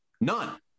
None